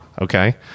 Okay